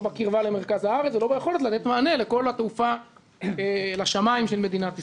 לא בקרבה למרכז הארץ ולא ביכולת לתת מענה לכל התעופה של מדינת ישראל.